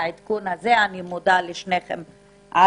נסכם.